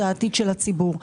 זה העתיד של הציבור.